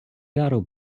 яру